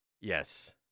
Yes